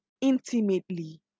Intimately